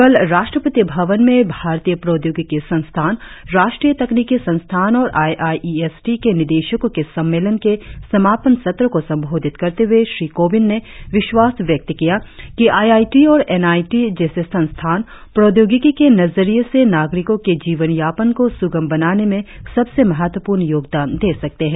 कल राष्ट्रपति भवन में भारतीय प्रौद्योगिकी संस्थान राष्ट्रीय तकनीकी संस्थान और I I E S T के निदेशकों के सम्मेलन के समापन सत्र को संबोधित करते हुए श्री कोविंद ने विश्वास व्यक्त किया कि आई आई टी और एन आई टी जैसे संस्थान प्रौद्योगिकी के नजरिए से नाग़रिकों के जीवनयापन को सुगम बनाने में सबसे महत्वपूर्ण योगदान दे सकते हैं